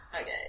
Okay